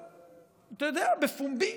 אתה יודע, בפומבי